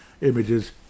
images